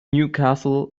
newcastle